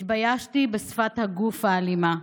התביישתי בשפת הגוף האלימה,